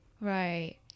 right